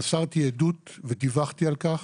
מסרתי עדות ודיווחתי על כך.